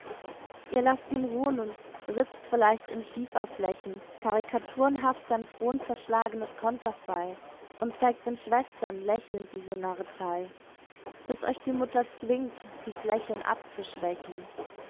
ihr lasst ihn ruhn und ritzt vielleicht in schieferflächen karikaturenhaft sein fronzerschlagnes konterfei und zeigt den schwestern lächelnd diese narretei bis euch die mutter zwingt dies lächeln abzuschwächen